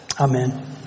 Amen